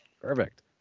Perfect